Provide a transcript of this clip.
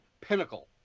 pinnacle